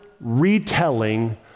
retelling